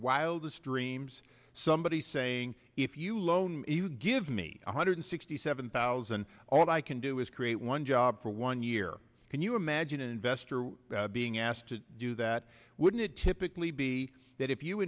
wildest dreams somebody saying if you loan give me one hundred sixty seven thousand all i can do is create one job for one year can you imagine an investor being asked to do that wouldn't it typically be that if you